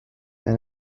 and